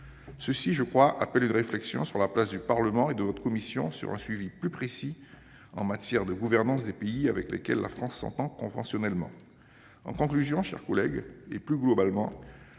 appelle à mon sens une réflexion sur la place du Parlement et de notre commission dans un suivi plus précis en matière de gouvernance des pays avec lesquels la France s'entend conventionnellement. En conclusion, chers collègues, nous avions